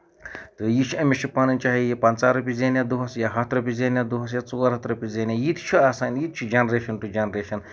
تہٕ یہِ چھُ أمِس چھُ پَنٕنۍ چاہے یہِ پَنژاہ رۄپیہِ زینہِ یَتھ دۄہَس یا ہَتھ رۄپییہِ رینہِ اَتھ دۄہَس یا ژور ہَتھ رۄپییہِ زینہِ یہِ تہِ چھُ آسان یہِ تہِ چھُ جینریشن ٹو جینریشن